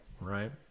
right